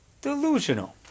delusional